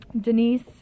Denise